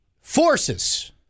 forces